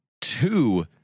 two